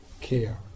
care